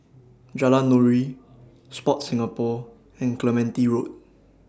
Jalan Nuri Sport Singapore and Clementi Road